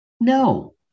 No